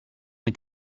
est